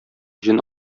җен